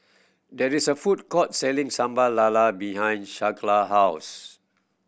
there is a food court selling Sambal Lala behind Skyla house